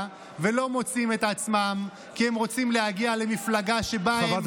ולא מוצאים את עצמם כי הם רוצים להגיע למפלגה שבה הם,